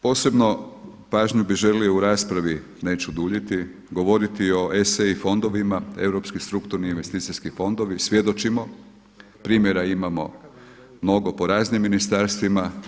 Posebno pažnju bih želio u raspravi, neću duljiti, govoriti o ESEI fondovima, Europski strukturni investicijski fondovi, svjedočimo primjera imamo mnogo po raznim ministarstvima.